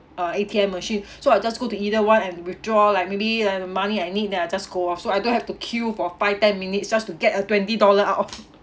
uh A_T_M machine so I'll just go to either one and withdraw like maybe the money I need then I just go off so I don't have to queue for five ten minutes just to get a twenty dollar out oh